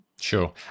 Sure